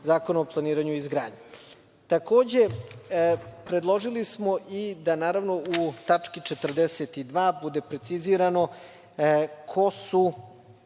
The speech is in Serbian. Zakonom o planiranju i izgradnji? Takođe, predložili smo i da naravno u tački 42) bude precizirano ko su